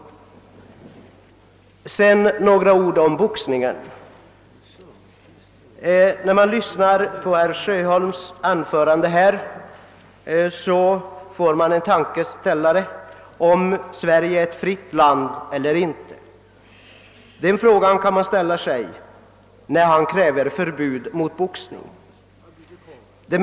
Till slut vill jag också säga några ord om boxningen. När man lyssnar på herr Sjöholms anförande här frågar man sig om Sverige är ett fritt land eller inte, eftersom han kräver förbud mot boxning.